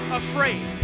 afraid